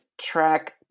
track